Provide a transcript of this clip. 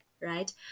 right